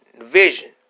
vision